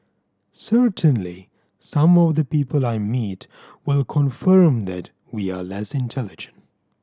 certainly some of the people I meet will confirm that we are less intelligent